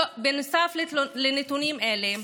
בנוסף לנתונים אלה,